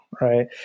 Right